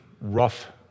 rough